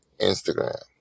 Instagram